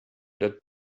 that